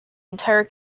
entire